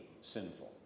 sinful